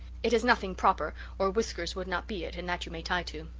it is nothing proper or whiskers would not be it and that you may tie to.